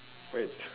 wait